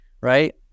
right